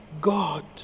God